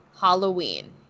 Halloween